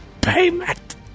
payment